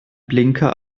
blinker